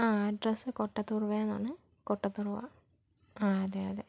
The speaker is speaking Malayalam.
ആ അഡ്രെസ്സ് കൊട്ടത്തുറുവേന്നാണ് കൊട്ടത്തുറുവ ആ അതേ അതേ